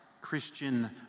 Christian